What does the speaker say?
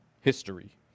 history